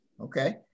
Okay